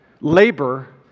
labor